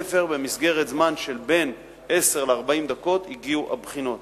ובמסגרת זמן של בין עשר ל-40 דקות הגיעו הבחינות